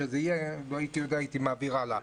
לו הייתי יודע הייתי מעביר הלאה.